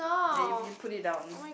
then you you put it down